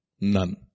None